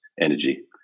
energy